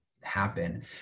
happen